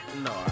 no